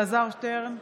אינה נוכחת אלעזר שטרן,